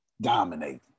Dominate